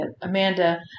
Amanda